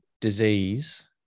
disease